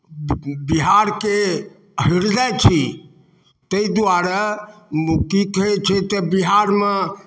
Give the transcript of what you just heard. बिहारके ह्रदय छी ताहि दुआरे की कहैत छै तऽ बिहारमे